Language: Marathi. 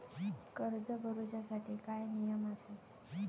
कर्ज भरूच्या साठी काय नियम आसत?